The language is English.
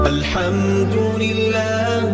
Alhamdulillah